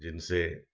जिनसे